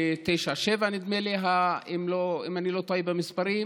2397, נדמה לי, אם אני לא טועה במספרים.